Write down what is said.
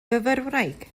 fyfyrwraig